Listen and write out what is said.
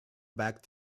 back